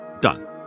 done